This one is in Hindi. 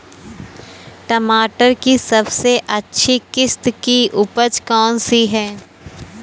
टमाटर की सबसे अच्छी किश्त की उपज कौन सी है?